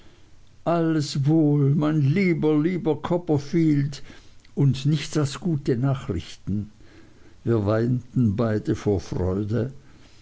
alles wohl mein lieber lieber copperfield und nichts als gute nachrichten wir weinten beide vor freude